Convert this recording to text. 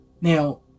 Now